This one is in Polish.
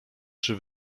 czy